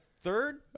third